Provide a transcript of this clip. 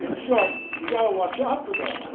short you gotta watch out for that.